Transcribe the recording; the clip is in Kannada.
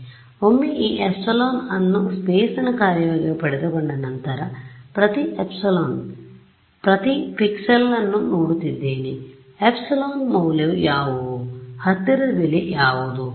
ಆದ್ದರಿಂದ ಒಮ್ಮೆ ಈ ಅನ್ನು ಸ್ಪೇಸ್ ನ ಕಾರ್ಯವಾಗಿ ಪಡೆದುಕೊಂಡ ನಂತರ ಪ್ರತಿ ಪಿಕ್ಸೆಲ್ ಅನ್ನು ನೋಡುತ್ತಿದ್ದೇನೆ ಎಪ್ಸಿಲಾನ್ ಮೌಲ್ಯ ಯಾವುದು ಹತ್ತಿರದ ಬೆಲೆ ಯಾವುದು